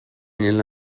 nella